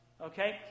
okay